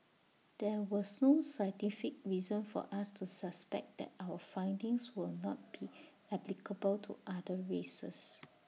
there was no scientific reason for us to suspect that our findings will not be applicable to other races